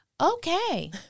Okay